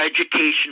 education